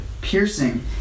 piercing